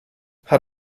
hat